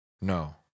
no